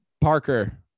Parker